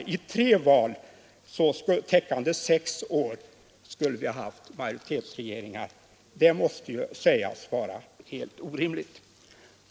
Efter tre val täckande sex år skulle vi ha haft majoritetsregeringar. Det måste sägas vara helt orimligt.